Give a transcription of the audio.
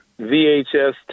VHS